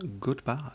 goodbye